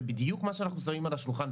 זה בדיוק מה שאנחנו שמים על השולחן.